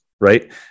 right